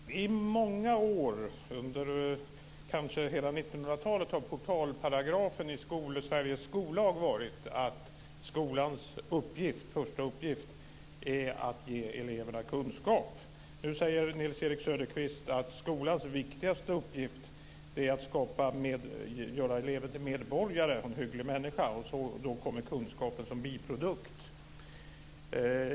Fru talman! I många år, kanske under hela 1900 talet, har portalparagrafen i Sveriges skollag varit att skolans första uppgift är att ge eleverna kunskap. Nu säger Nils-Erik Söderqvist att skolans viktigaste uppgift är att göra elever till medborgare och hyggliga människor och att kunskapen då kommer som en biprodukt.